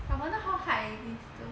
I wonder how hard it is to